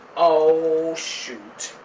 oh shoot.